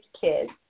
Kids